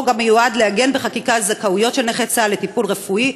המיועד לעגן בחקיקה זכאויות של נכי צה"ל לטיפול רפואי,